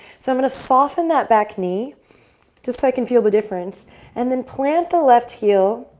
so i'm going to soften that back knee just so i can feel the difference and then plant the left heel.